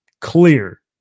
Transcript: clear